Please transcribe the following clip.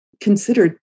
considered